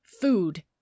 food